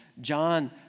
John